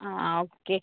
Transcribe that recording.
ആ ആ ഓക്കെ